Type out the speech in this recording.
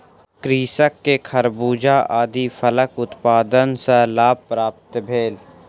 कृषक के खरबूजा आदि फलक उत्पादन सॅ लाभ प्राप्त भेल